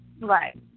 Right